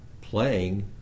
playing